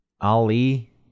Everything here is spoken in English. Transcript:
Ali